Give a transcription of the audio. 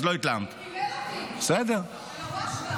הוא קילל אותי, אלהואשלה.